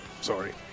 Sorry